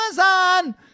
Amazon